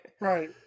Right